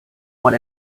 what